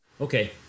Okay